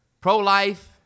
Pro-life